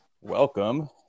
welcome